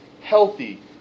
healthy